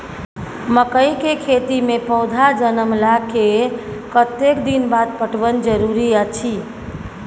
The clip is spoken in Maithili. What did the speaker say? मकई के खेती मे पौधा जनमला के कतेक दिन बाद पटवन जरूरी अछि?